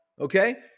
okay